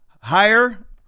higher